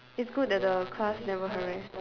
it's good that the class never harass